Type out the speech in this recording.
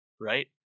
right